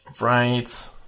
right